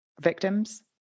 victims